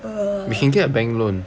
err